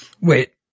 Wait